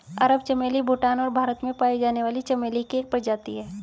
अरब चमेली भूटान और भारत में पाई जाने वाली चमेली की एक प्रजाति है